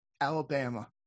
Alabama